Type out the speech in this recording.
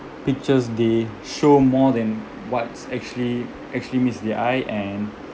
pictures they show more than what's actually actually meets the eye and